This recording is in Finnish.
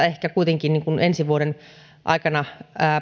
ehkä kuitenkin vasta ensi vuoden aikana